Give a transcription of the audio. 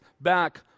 back